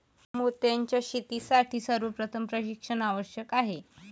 मोत्यांच्या शेतीसाठी सर्वप्रथम प्रशिक्षण आवश्यक आहे